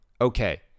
okay